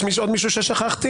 יש עוד מישהו ששכחתי?